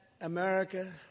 America